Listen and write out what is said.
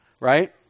right